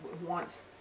wants